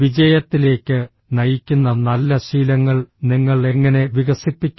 വിജയത്തിലേക്ക് നയിക്കുന്ന നല്ല ശീലങ്ങൾ നിങ്ങൾ എങ്ങനെ വികസിപ്പിക്കും